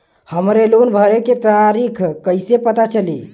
हमरे लोन भरे के तारीख कईसे पता चली?